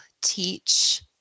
teach